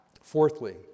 Fourthly